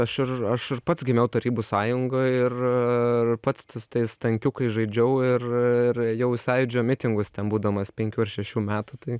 aš ir aš ir pats gimiau tarybų sąjungoj ir ir pats su tais tankiukais žaidžiau ir ir ėjau į sąjūdžio mitingus ten būdamas penkių ar šešių metų tai